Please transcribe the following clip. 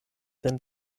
sen